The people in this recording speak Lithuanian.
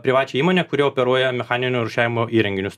privačią įmonę kuri operuoja mechaninio rūšiavimo įrenginius